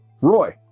Roy